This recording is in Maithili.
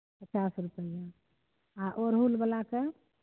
पचास रुपैआ आ ओरहुल बला के